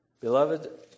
Beloved